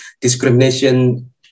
discrimination